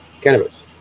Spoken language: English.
cannabis